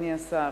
אדוני השר,